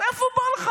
מאיפה באה לך